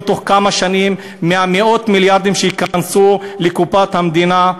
תוך כמה שנים ממאות המיליארדים שייכנסו לקופת המדינה,